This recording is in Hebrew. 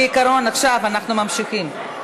כעיקרון, עכשיו אנחנו ממשיכים.